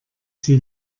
sie